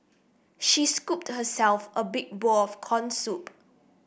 she scooped herself a big bowl of corn soup